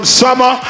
summer